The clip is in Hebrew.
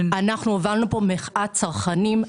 אנחנו הובלנו פה מחאת צרכנים,